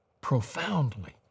profoundly